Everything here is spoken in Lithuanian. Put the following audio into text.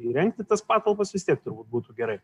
įrengti tas patalpas vis tiek turbūt būtų gerai